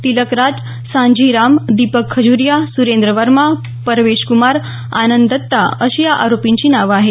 तिलक राज सांझी राम दिपक खजुरीया सुरेंद्र वर्मा परवेश क्मार आनंद दत्ता अशी या आरोपींची नावं आहे